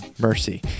mercy